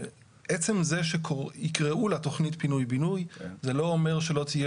עצם זה שיקראו לתכנית פינוי בינוי זה לא אומר שלא תהיה